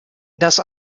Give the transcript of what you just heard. das